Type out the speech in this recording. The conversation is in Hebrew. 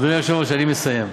אדוני היושב-ראש, אני מסיים.